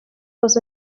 les